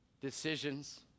Decisions